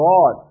God